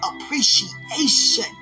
appreciation